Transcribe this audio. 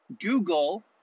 Google